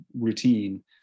routine